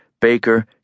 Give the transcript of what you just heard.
Baker